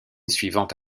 suivante